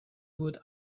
would